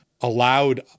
allowed